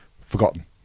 forgotten